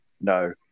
No